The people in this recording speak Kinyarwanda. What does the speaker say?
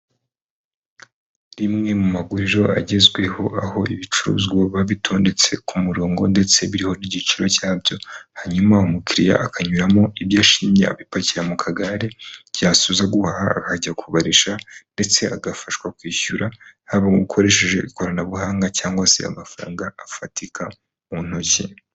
Rimwe mu maguriro agezweho aho ibicuruzwa biba bitondetse ku murongo ndetse biriho n'igiciro cyabyo, hanyuma umukiriya akanyuramo ibyo ashimye abipakira mu kagare, yasoza guhaha akajya kubarisha ndetse agafashwa kwishyura haba ukoresheje ikoranabuhanga cyangwa se amafaranga afatika mu ntoki.